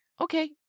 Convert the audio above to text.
Okay